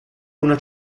una